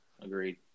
Agreed